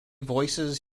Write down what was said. voices